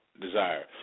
desire